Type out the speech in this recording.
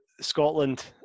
Scotland